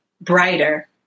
brighter